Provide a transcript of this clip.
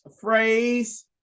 phrase